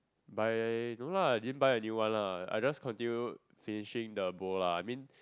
buy no lah I didn't buy a new one lah I just continue finishing the bowl lah I mean